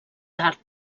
tard